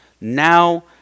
now